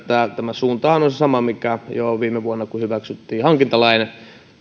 tämä tämä suuntahan on sama mikä oli jo viime vuonna kun hyväksyttiin hankintalain